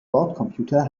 bordcomputer